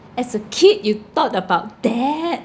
as a kid you thought about that